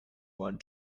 want